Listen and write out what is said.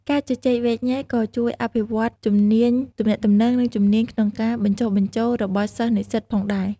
ការជជែកវែកញែកក៏ជួយអភិវឌ្ឍជំនាញទំនាក់ទំនង និងជំនាញក្នុងការបញ្ចុះបញ្ចូលរបស់សិស្សនិស្សិតផងដែរ។